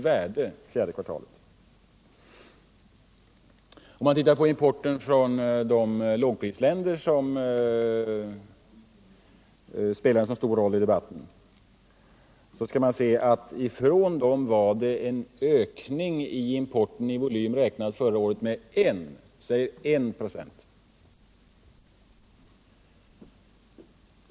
Om man så tittar på importen från de lågprisländer som spelar så stor roll i debatten skall man se att ifrån dem var importökningen i volym räknat förra året en enda procent.